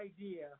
idea